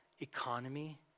economy